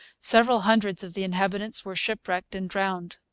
several hundreds of the inhabitants were shipwrecked and drowned.